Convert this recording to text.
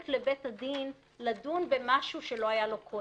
לבית הדין לדון במשהו שלא היה לו קודם.